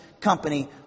company